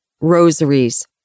rosaries